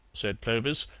said clovis,